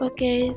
Okay